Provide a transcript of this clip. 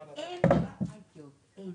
אוקיי.